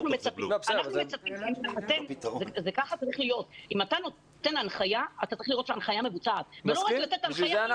אם אתה נותן הנחיה אתה צריך לראות שהיא מבוצעת ולא רק לתת הנחיה.